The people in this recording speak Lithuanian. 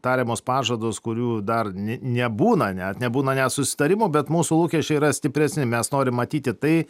tariamus pažadus kurių dar nė nebūna net nebūna net susitarimo bet mūsų lūkesčiai yra stipresni mes norim matyti tai